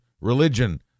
religion